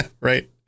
right